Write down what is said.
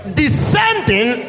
descending